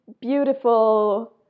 beautiful